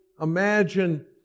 imagine